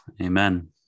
Amen